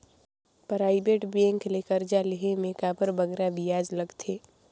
private bank ले करजा लेहे में काबर बगरा बियाज लगथे